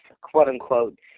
quote-unquote